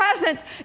presence